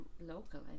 local